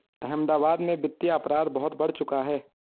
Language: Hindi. अहमदाबाद में वित्तीय अपराध बहुत बढ़ चुका है